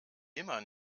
immer